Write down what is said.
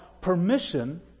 permission